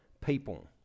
people